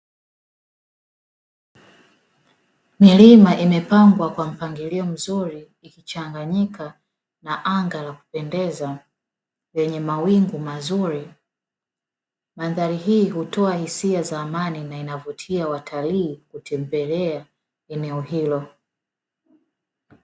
Milima imepangwa kwa mpangilio mzuri ikichanganyika na anga la kupendeza lenye mawingu mazuri, mandhari hii hutoa hisia za amani na inavutia watalii kutembelea eneo hilo.